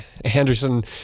anderson